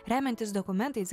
remiantis dokumentais